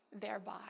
thereby